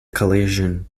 collision